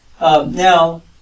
Now